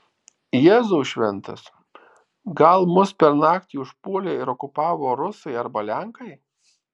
jėzau šventas gal mus per naktį užpuolė ir okupavo rusai arba lenkai